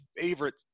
favorite